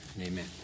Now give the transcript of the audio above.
Amen